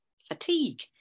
fatigue